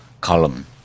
column